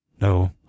No